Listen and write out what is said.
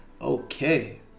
Okay